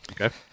Okay